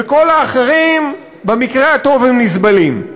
וכל האחרים, במקרה הטוב, הם נסבלים.